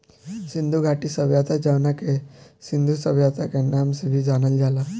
सिंधु घाटी सभ्यता जवना के सिंधु सभ्यता के नाम से भी जानल जाला